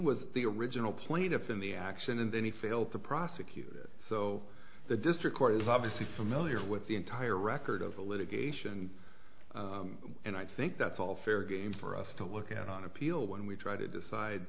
was the original plaintiff in the action and then he failed to prosecute so the district court is obviously familiar with the entire record of the litigation and i think that's all fair game for us to look at on appeal when we try to decide